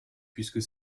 puisque